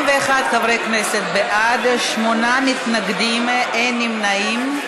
81 חברי כנסת בעד, שמונה מתנגדים, אין נמנעים.